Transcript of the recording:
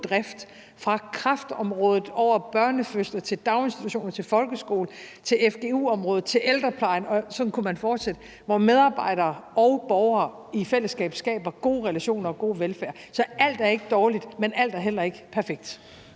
grunddrift fra kræftområdet over børnefødsler til daginstitutioner til folkeskole til fgu-området til ældreplejen – og sådan kunne man fortsætte – hvor medarbejdere og borgere i fællesskab skaber gode relationer og god velfærd. Så alt er ikke dårligt, men alt er heller ikke perfekt.